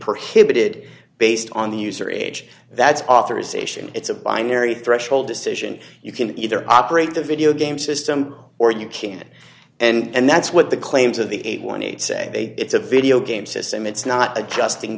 prohibited based on the user age that's authorization it's a binary threshold decision you can either operate the video game system or you can and that's what the claims of the eight hundred and eighteen say it's a video game system it's not adjusting